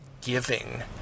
giving